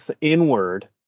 inward